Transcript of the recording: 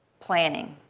planning.